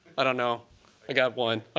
i don't know, i got one.